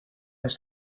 has